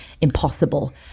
impossible